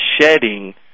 shedding